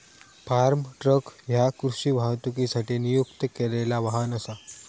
form truck ह्या कृषी वाहतुकीसाठी नियुक्त केलेला वाहन असा